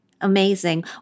Amazing